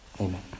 Amen